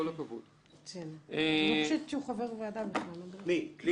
לא חבר הכנסת גליק.